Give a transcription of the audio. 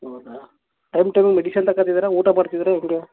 ಹೌದಾ ಟೈಮ್ ಟೈಮ್ಗೆ ಮೆಡಿಸಿನ್ ತಕೋತಿದಿರಾ ಊಟ ಮಾಡ್ತಿದ್ದೀರಾ ಹೆಂಗೆ